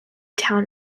town